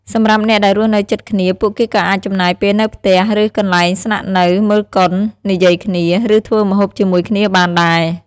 សម្រាប់អ្នកដែលរស់នៅជិតគ្នា ពួកគេក៏អាច ចំណាយពេលនៅផ្ទះ ឬកន្លែងស្នាក់នៅ មើលកុន និយាយគ្នា ឬធ្វើម្ហូបជាមួយគ្នាបានដែរ។